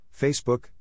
Facebook